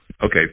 Okay